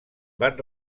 van